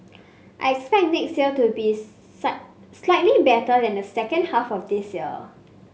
I expect next year to be slightly better than the second half of this year